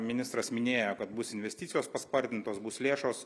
ministras minėjo kad bus investicijos paspartintos bus lėšos